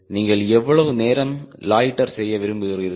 நீங்கள் எவ்வளவு நேரம் லொய்ட்டர் செய்ய விரும்புகிறீர்கள்